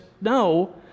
No